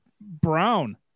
brown